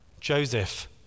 Joseph